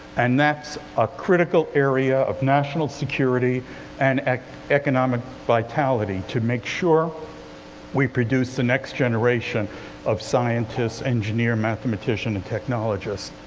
and that's a critical area of national security and economic vitality, to make sure we produce the next generation of scientists, engineers, mathematicians and technologists.